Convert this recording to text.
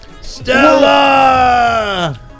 Stella